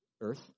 earth